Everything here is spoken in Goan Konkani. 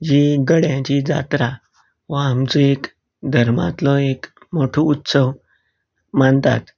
जी गड्यांची जात्रा वा आमचो एक धर्मांतलो एक मोठो उत्सव मानतात